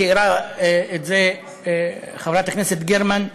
ותיארה את זה חברת הכנסת גרמן,